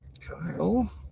Kyle